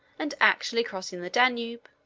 and actually crossing the danube,